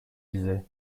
disais